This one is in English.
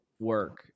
work